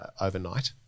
overnight